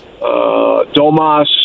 Domas